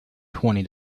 twenty